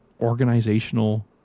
organizational